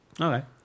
Okay